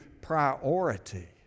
priority